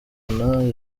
imana